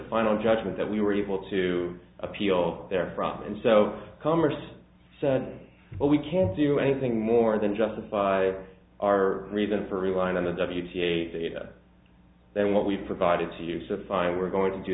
final judgment that we were able to appeal to their front and so commerce said well we can't do anything more than justify our reason for relying on the w t a then what we've provided to use a fine we're going to do